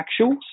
actuals